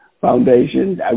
foundation